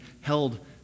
held